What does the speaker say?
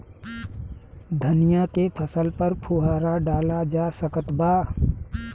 धनिया के फसल पर फुहारा डाला जा सकत बा?